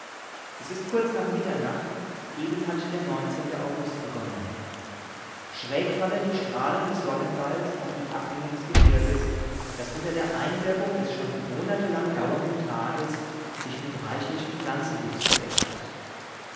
es ist kurz nach mitternacht eben hat der neunzehnte august begonnen schräg fallen die strahlen des sonnenballs auf die abhänge des gebirges das unter der einwirkung des schon monatelang dauernden tages sich mit reichlichem pflanzenwuchs bedeckt hat